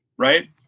right